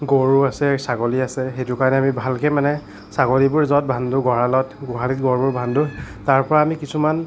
গৰু আছে ছাগলী আছে সেইটো কাৰণে আমি ভালকৈ মানে ছাগলীবোৰ য'ত বান্ধো গঁৰালত গোহালিত গৰুবোৰ বান্ধো তাৰ পৰা আমি কিছুমান